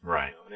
Right